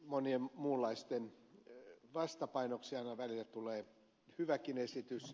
monien muunlaisten vastapainoksi aina välillä tulee hyväkin esitys